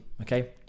okay